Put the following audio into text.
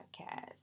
Podcast